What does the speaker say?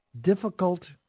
difficult